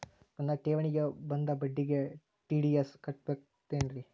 ನನ್ನ ಠೇವಣಿಗೆ ಬಂದ ಬಡ್ಡಿಗೆ ಟಿ.ಡಿ.ಎಸ್ ಕಟ್ಟಾಗುತ್ತೇನ್ರೇ?